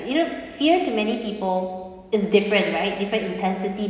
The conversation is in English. you know fear to many people is different right different intensity